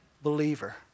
believer